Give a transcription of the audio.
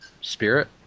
Spirit